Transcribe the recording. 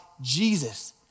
Jesus